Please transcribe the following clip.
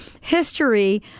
history